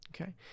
okay